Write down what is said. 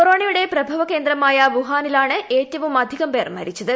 കൊറോണയുടെ പ്രഭവ ക്കേന്ദ്രമായ വുഹാനിലാണ് ഏറ്റവും അധികം പേർ മരിച്ചത്